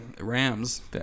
Rams